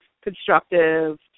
constructive